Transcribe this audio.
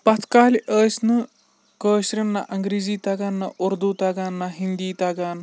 پَتھ کالہِ ٲسۍ نہٕ کٲشرٮ۪ن نہ اَنٛگریٖزی تَگان نہ اُردو تَگان نہ ہِندی تَگان